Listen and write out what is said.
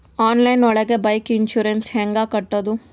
Online ಒಳಗೆ bike insurance ಹ್ಯಾಂಗ್ ಕಟ್ಟುದು?